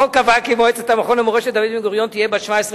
החוק קבע כי מועצת המכון למורשת דוד בן-גוריון תהיה בת 17 חברים,